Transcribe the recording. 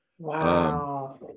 wow